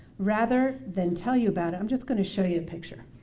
rather than tell you about it, i'm just going to show you a picture.